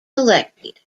collected